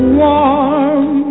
warm